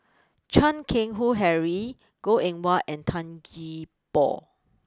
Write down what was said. Chan Keng Howe Harry Goh Eng Wah and Tan Gee Paw